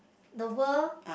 the world